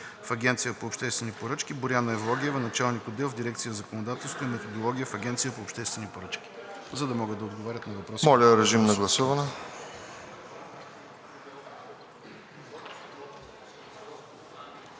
Моля, режим на гласуване